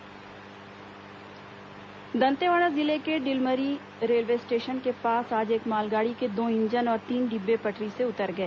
मालगाड़ी डीरेल दंतेवाड़ा जिले के डिलमिरी रेलवे स्टेशन के पास आज एक मालगाड़ी के दो इंजन और तीन डिब्बे पटरी से उतर गए